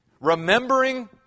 remembering